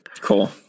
Cool